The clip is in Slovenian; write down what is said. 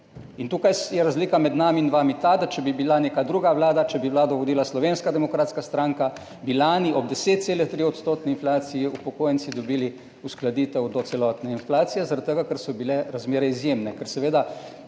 In tukaj je razlika med nami in vami ta, da če bi bila neka druga vlada, če bi vlado vodila Slovenska demokratska stranka, bi lani ob 10,3-odstotni inflaciji upokojenci dobili uskladitev do celotne inflacije zaradi tega, ker so bile razmere izjemne, ker seveda